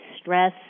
stress